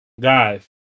Guys